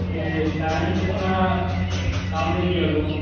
ये टाइम से अपना काम देख लिया करो